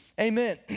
Amen